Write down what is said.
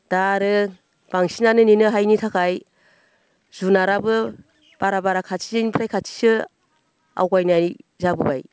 दा आरो बांसिनानो नेनो हायिनि थाखाय जुनाराबो बारा बारा खाथिनिफ्राय खाथिसो आवगायनाय जाबोबाय